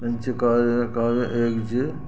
पंचुकार्य कार्य एग्ज